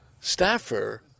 staffer